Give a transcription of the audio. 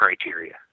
criteria